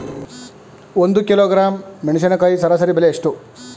ಒಂದು ಕಿಲೋಗ್ರಾಂ ಮೆಣಸಿನಕಾಯಿ ಸರಾಸರಿ ಬೆಲೆ ಎಷ್ಟು?